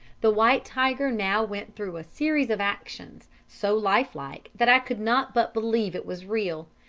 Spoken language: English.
the white tiger now went through a series of actions, so lifelike that i could not but believe it was real,